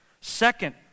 Second